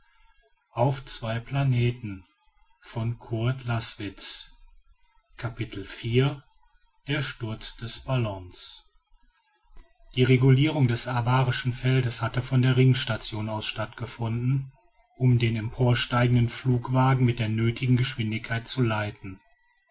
der sturz des ballons die regulierung des abarischen feldes hatte von der ringstation aus stattgefunden um den emporsteigenden flugwagen mit der nötigen geschwindigkeit zu leiten